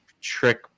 trick